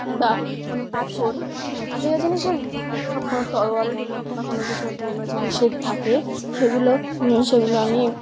বা কোনো পাথর আগেকার জিনিসের সব তলোয়ার বা কোনো কিছু পুরনো জিনিসের থাকে সেগুলো সেগুলো আমি